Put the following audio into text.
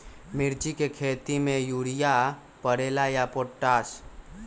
मिर्ची के खेती में यूरिया परेला या पोटाश?